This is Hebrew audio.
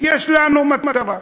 יש לנו מטרה.